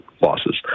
losses